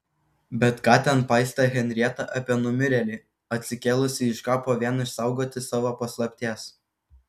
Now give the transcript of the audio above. bet ką ten paistė henrieta apie numirėlį atsikėlusį iš kapo vien išsaugoti savo paslapties